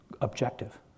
objective